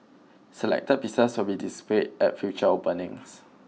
selected pieces will be displayed at future openings